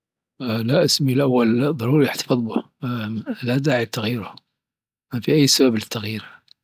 لا. إسمي الأول ضروري احتفظ به. لاداعي للتغيير. ما في سبب للتغيير.